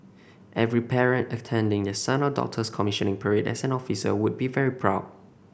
every parent attending the son or daughter's commissioning parade as an officer would be very proud